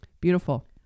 Beautiful